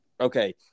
Okay